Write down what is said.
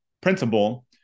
principle